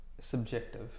subjective